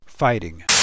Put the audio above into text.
Fighting